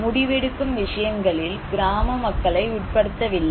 முடிவெடுக்கும் விஷயங்களில் கிராம மக்களை உட்படுத்தவில்லை